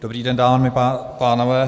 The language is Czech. Dobrý den, dámy a pánové.